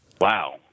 Wow